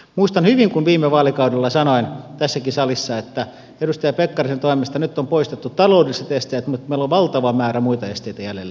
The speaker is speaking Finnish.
muistan hyvin kun viime vaalikaudella sanoin tässäkin salissa että edustaja pekkarisen toimesta nyt on poistettu taloudelliset esteet mutta meillä on valtava määrä muita esteitä jäljellä